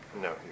No